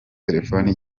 telefoni